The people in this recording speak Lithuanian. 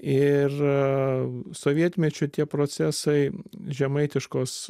ir sovietmečiu tie procesai žemaitiškos